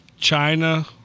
china